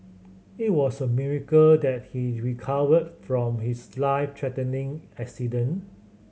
it was a miracle that he recovered from his life threatening accident